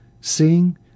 seeing